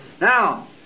Now